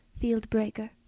Field-breaker